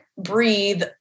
breathe